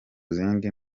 zindi